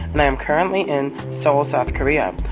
and i am currently in seoul, south korea.